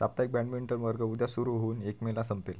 साप्ताहिक बॅडमिंटन वर्ग उद्या सुरू होऊन एक मेला संपेल